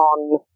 on